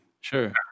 Sure